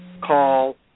call